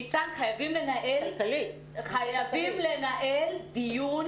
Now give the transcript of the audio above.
ניצן, חייבים לנהל דיון